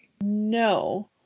No